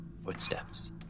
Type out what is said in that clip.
footsteps